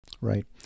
Right